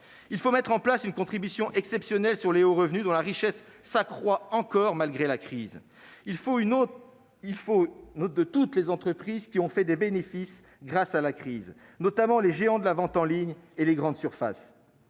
Il faut mettre en place une contribution exceptionnelle sur les hauts revenus dont la richesse s'accroît encore malgré la crise. Il en faut une autre sur toutes les entreprises qui ont fait des bénéfices grâce à la crise, notamment les géants de la vente en ligne et les grandes surfaces.